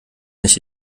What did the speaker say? nicht